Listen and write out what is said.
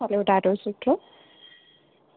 हलो ॾाढो सुठो